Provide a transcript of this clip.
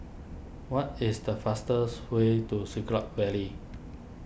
what is the fastest way to Siglap Valley